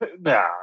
nah